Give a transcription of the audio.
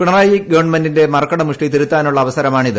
പിണറായി ഗവൺമെന്റിന്റെ മർക്കട മുഷ്ടി തിരുത്താനുള്ള അവസരമാണിത്